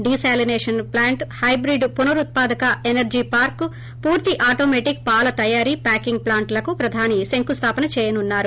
desalination plant hybrid పునరుత్పాదక energy parks పూర్తి automatic పాల తయారీ ప్యాకింగ్ ప్లాంట్ లకు ప్రధాని శంకుస్థాపన చేయనున్నారు